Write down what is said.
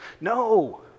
No